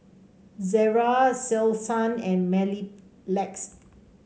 Ezerra Selsun and Mepilex